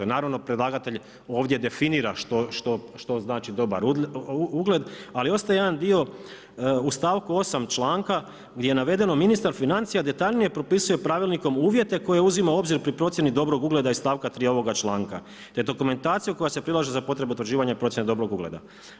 Naravno predlagatelj ovdje definira što znači dobar ugled, ali ostaje jedan dio u stavku 8. članka gdje je navedeno „ministar financija detaljnije propisuje pravilnikom uvjete koje uzima u obzir pri procjeni dobrog ugleda iz stavka 3. ovoga članka te dokumentaciju koja se prilaže za potrebu utvrđivanja procjene dobrog ugleda“